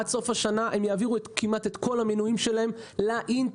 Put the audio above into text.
עד סוף השנה הם יעבירו כמעט את כל המנויים שלהם לאינטרנט.